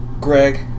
Greg